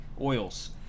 oils